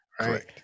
right